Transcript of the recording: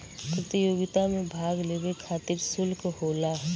प्रतियोगिता मे भाग लेवे खतिर सुल्क होला